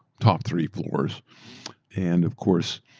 top three floors and, of course,